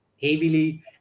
heavily